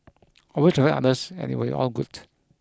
always respect others and it will be all good